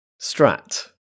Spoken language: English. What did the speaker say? Strat